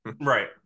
Right